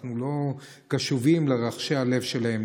אנחנו קשובים לרחשי הלב שלהם,